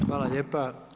Hvala lijepa.